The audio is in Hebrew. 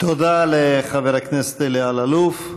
תודה לחבר הכנסת אלי אלאלוף.